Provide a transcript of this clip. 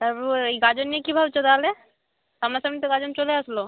তারপর ব এই গাজন নিয়ে কী ভাবছ তাহলে সামনা সামনি তো গাজন চলে আসল